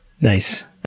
Nice